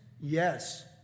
Yes